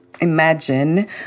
imagine